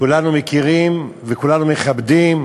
כולנו מכירים וכולנו מכבדים.